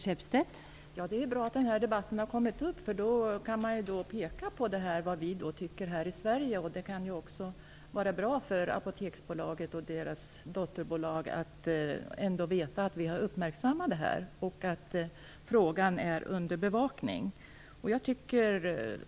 Fru talman! Det är bra att den här debatten förs. Man kan då peka på vad vi tycker här i Sverige. Det kan också vara bra för Apoteksbolaget och dess dotterbolag att veta att detta har uppmärksammats och att frågan är under bevakning.